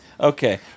Okay